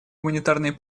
гуманитарной